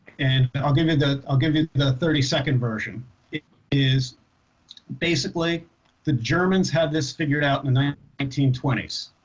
and but i'll give you the i'll give you the thirty second version is basically the germans had this figured out in the nineteen twenty s